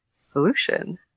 solution